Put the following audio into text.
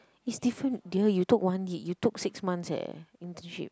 it's different dear you took one year you took six months eh internship